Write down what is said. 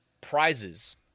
prizes